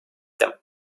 them